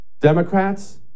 Democrats